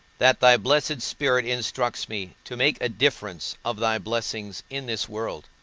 that thy blessed spirit instructs me to make a difference of thy blessings in this world,